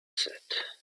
said